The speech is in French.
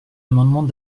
amendement